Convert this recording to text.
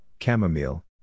chamomile